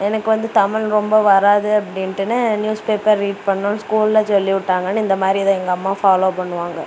எனக்கு வந்து தமிழ் ரொம்ப வராது அப்படின்ட்டுனு நியூஸ் பேப்பர் ரீட் பண்ணணும்னு ஸ்கூல்ல சொல்லி விட்டாங்கன்னு இந்த மாதிரி இதை எங்கள் அம்மா ஃபாலோ பண்ணுவாங்கள்